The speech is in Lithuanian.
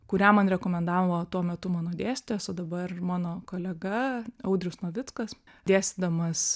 kurią man rekomendavo tuo metu mano dėstytojas o dabar ir mano kolega audrius novickas dėstydamas